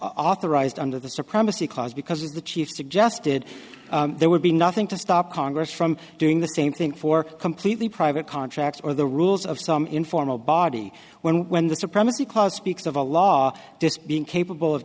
authorized under the supremacy clause because of the chief suggested there would be nothing to stop congress from doing the same thing for completely private contracts or the rules of some informal body when when the supremacy clause speaks of a law this being capable of